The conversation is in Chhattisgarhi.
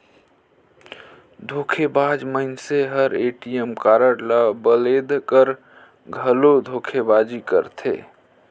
धोखेबाज मइनसे हर ए.टी.एम कारड ल बलेद कर घलो धोखेबाजी करथे